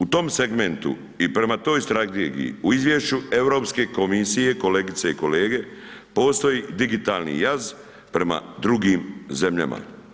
U tom segmentu i prema toj strategiji, u izvješću Europske komisije, kolegice i kolege, postoji digitalni jaz prema drugim zemljama.